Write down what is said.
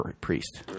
priest